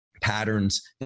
patterns